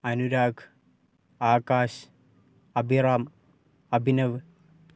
Anurag Akash Abhiram Abhinav